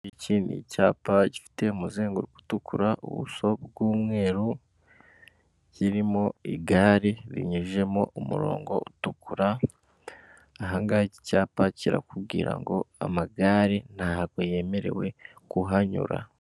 Iki ni cyapa gifite umuzenguruko utukura ubuso bwumweru kirimo igare rinyujijemo umurongo utukura ahangaha icyapa kirakubwira ngo amagare ntabwo yemerewe kuhanyura.